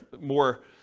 more